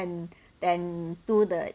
than than do the